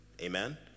amen